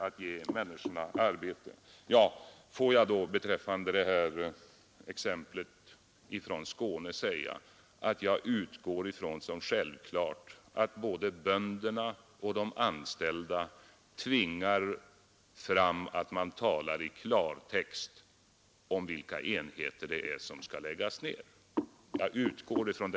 Låt mig beträffande exemplet från Skåne säga att jag utgår ifrån som självklart att både bönderna och de anställda tvingar fram ett besked i klartext om vilka enheter som skall läggas ned.